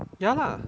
ya lah